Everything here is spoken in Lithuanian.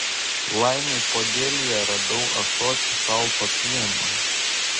laimei podėlyje radau ąsotį šalto pieno